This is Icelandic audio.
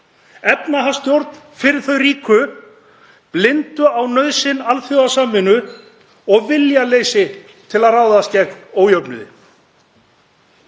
efnahagsstjórn fyrir þau ríku, blindu á nauðsyn alþjóðasamvinnu og viljaleysi til að ráðast gegn ójöfnuði?